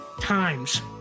times